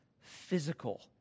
physical